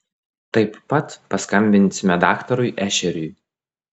taip pat paskambinsime daktarui ešeriui